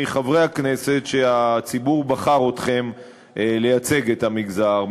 מחברי הכנסת שהציבור בחר כדי לייצג את המגזר,